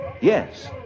Yes